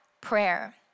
prayer